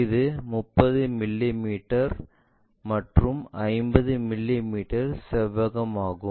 இது 30 மிமீ மற்றும் 50 மிமீ செவ்வகமாகும்